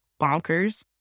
bonkers